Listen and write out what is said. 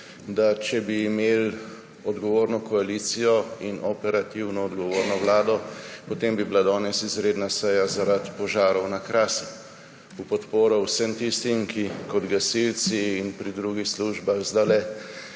da če bi imeli odgovorno koalicijo in operativno odgovorno vlado, potem bi bila danes izredna seja zaradi požarov na Krasu, v podporo vsem tistim, ki kot gasilci in pri drugih službah zdajle